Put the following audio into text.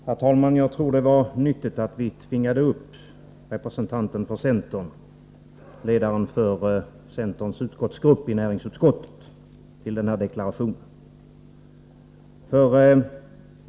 Herr talman! Jag tror att det var nyttigt att tvinga upp en representant för centern, ledaren för centerns utskottsgrupp i näringsutskottet, till denna deklaration.